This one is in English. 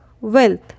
wealth